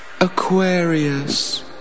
Aquarius